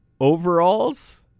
overalls